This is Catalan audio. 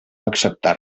acceptar